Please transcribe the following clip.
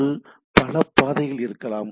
ஒன்று பல பாதைகள் இருக்கலாம்